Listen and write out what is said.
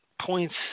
points